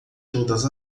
todas